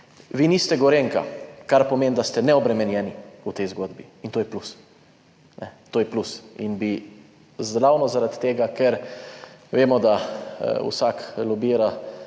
Vi niste Gorenjka, kar pomeni, da ste neobremenjeni v tej zgodbi, in to je plus. To je plus. Ravno zaradi tega, ker vemo, da vsak lobira